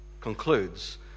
concludes